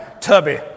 Tubby